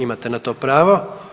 Imate na to pravo.